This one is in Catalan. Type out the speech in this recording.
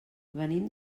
venim